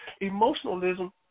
Emotionalism